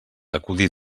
acudir